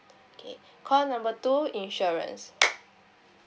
okay call number two insurance